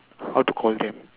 how to call them